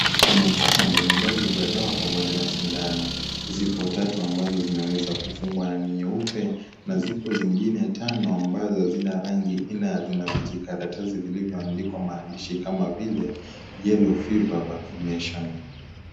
Kuna chupa mbalimbali za dawa pamoja na sindano zipo tatu ambazo zimeweza kufungwa na ni nyeupe na zipo zingine tano ambazo hazina rangi ila zinavijikaratasi vilivyoandikwa maandishi kama vile yellow fever vaccination .